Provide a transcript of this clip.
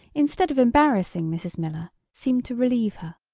instead of embarrassing mrs. miller, seemed to relieve her.